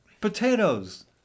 potatoes